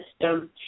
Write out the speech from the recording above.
system